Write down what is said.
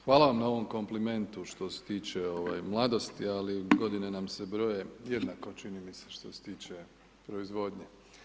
Hvala vam na ovome komplimentu što se tiče mladosti, ali godine nam se broje, jednako, čini mi se što se tiče proizvodnje.